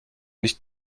nicht